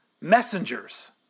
messengers